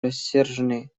рассерженный